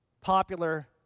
popular